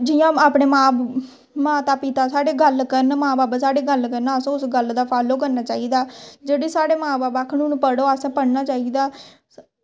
जि'यां अपने मां माता पिता साढ़े गल्ल करन मां बब्ब साढ़े गल्ल करन असें उस गल्ल दा फालो करना चाहिदा जेह्ड़ा साढ़े मां बब्ब आखन हून पढ़ो असें पढ़ाना चाहिदा